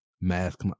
mask